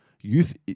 youth